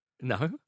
No